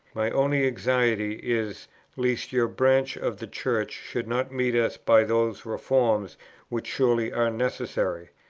my only anxiety is lest your branch of the church should not meet us by those reforms which surely are necessary.